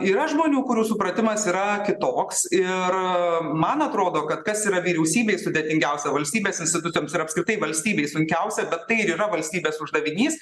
yra žmonių kurių supratimas yra kitoks ir man atrodo kad kas yra vyriausybei sudėtingiausia valstybės institutams ir apskritai valstybei sunkiausia bet tai ir yra valstybės uždavinys